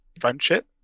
friendship